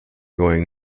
going